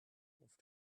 off